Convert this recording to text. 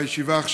בישיבה,